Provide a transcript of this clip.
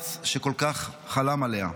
הארץ שכל כך חלם עליה.